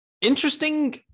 interesting